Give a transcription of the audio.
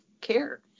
care